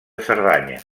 cerdanya